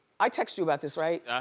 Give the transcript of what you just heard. i texted you about this, right?